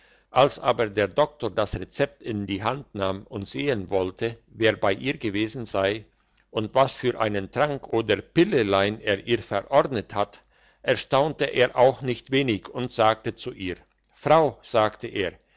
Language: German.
als aber der doktor das rezept in die hand nahm und sehen wollte wer bei ihr gewesen sei und was für einen trank oder pillelein er ihr verordnet hat erstaunte er auch nicht wenig und sagte zu ihr frau sagte er